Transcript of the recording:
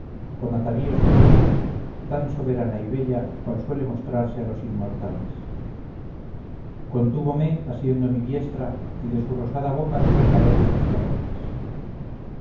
con atavíos de diosa tan soberana y bella cual suele mostrarse a los inmortales contúvome asiendo mi diestra y de su rosada boca dejó caer estas palabras